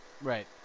Right